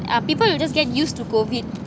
uh people will just get used to C_O_V_I_D